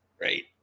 right